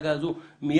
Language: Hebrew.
סאגה זו לאלתר.